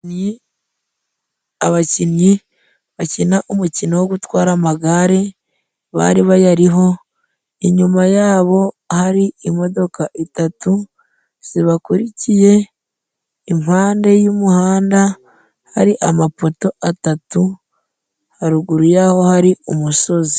Abakinnyi bakina umukino wo gutwara amagare bari bayariho ,inyuma yabo hari imodoka itatu zibakurikiye, impande y'umuhanda hari amapoto atatu, haruguru yaho hari umusozi.